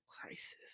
crisis